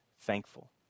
thankful